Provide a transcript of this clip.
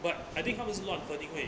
but I think 他们是 log burn 定位